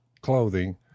clothing